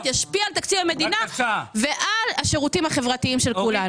ישפיע על תקציב המדינה ועל השירותים החברתיים של כולנו.